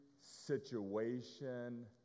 situation